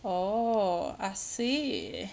orh I see